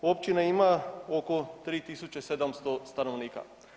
Općina ima oko 3700 stanovnika.